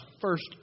First